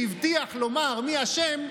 שהבטיח לומר מי אשם,